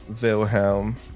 Wilhelm